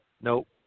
Nope